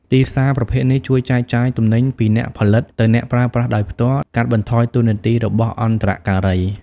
ទីផ្សារប្រភេទនេះជួយចែកចាយទំនិញពីអ្នកផលិតទៅអ្នកប្រើប្រាស់ដោយផ្ទាល់ កាត់បន្ថយតួនាទីរបស់អន្តរការី។